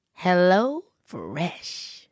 HelloFresh